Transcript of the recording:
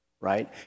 right